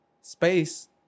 Space